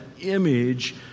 image